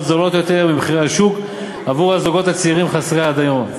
זולות יותר ממחירי השוק עבור הזוגות הצעירים חסרי הדיור.